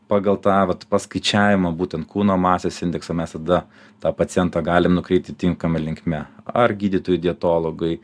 pagal tą vat paskaičiavimą būtent kūno masės indeksą mes tada tą pacientą galim nukreipti tinkama linkme ar gydytojui dietologui